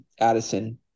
Addison